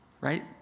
right